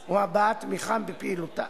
המתרחבת ובאמצעי המימון המאפשרים פעילות זו,